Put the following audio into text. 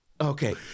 okay